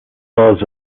falls